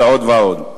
ועוד ועוד.